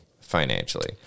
financially